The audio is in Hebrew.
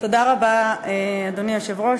תודה רבה, אדוני היושב-ראש.